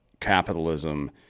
capitalism